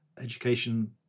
education